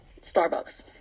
Starbucks